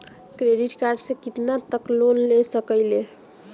Credit card से कितना तक लोन ले सकईल?